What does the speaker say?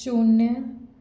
शून्य